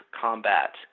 combat